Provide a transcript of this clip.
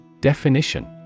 Definition